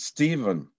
Stephen